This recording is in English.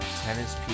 tennis